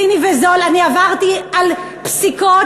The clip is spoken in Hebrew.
אני עברתי על פסיקות.